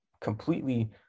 completely